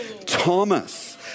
Thomas